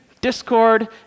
discord